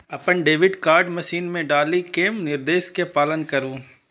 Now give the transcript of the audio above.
अपन debit card machine मे डालि कें निर्देश के पालन करु